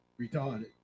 retarded